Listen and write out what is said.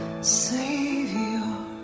Savior